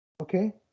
Okay